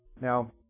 Now